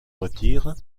retire